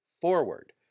forward